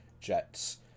jets